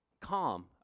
calm